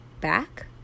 back